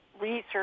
research